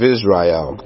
Israel